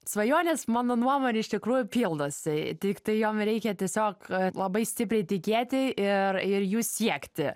svajonės mano nuomone iš tikrųjų pildosi tiktai jom reikia tiesiog labai stipriai tikėti ir ir jų siekti